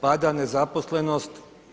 Pada nezaposlenost?